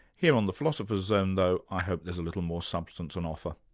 here on the philosopher's zone though i hope there's a little more substance on offer.